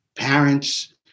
Parents